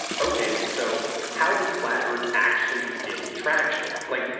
okay, so, how did flat earth actually gain traction? like,